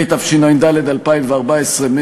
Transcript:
התשע"ד 2014,